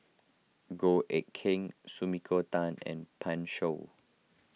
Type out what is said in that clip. Goh Eck Kheng Sumiko Tan and Pan Shou